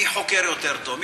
מי חוקר יותר טוב,